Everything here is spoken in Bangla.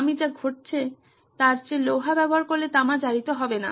আমি যা ঘটছে তার চেয়ে লোহা ব্যবহার করলে তামা জারিত হবে না